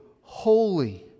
holy